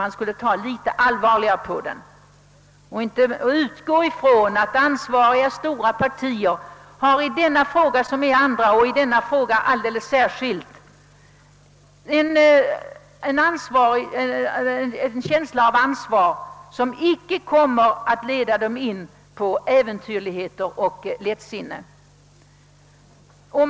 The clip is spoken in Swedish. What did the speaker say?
Man borde ta litet allvarligare på saken och utgå ifrån att ansvariga stora partier lika litet i denna fråga som i andra ger sig in på äventyrligheter.